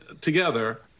together